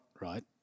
right